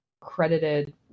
credited